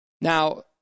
Now